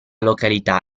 località